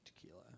tequila